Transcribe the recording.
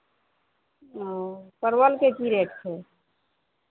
ओऽ परवलके की रेट छै